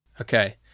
Okay